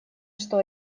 что